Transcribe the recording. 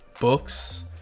books